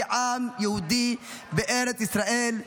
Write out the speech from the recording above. כעם יהודי בארץ ישראל,